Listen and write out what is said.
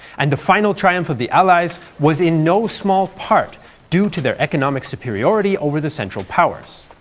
and the final triumph of the allies was in no small part due to their economic superiority over the central powers.